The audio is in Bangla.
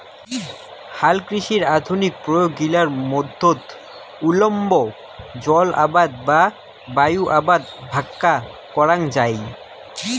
হালকৃষির আধুনিক প্রয়োগ গিলার মধ্যত উল্লম্ব জলআবাদ বা বায়ু আবাদ ভাক্কা করাঙ যাই